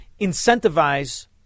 Incentivize